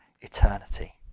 eternity